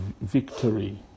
victory